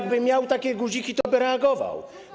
Gdyby miał takie guziki, toby reagował.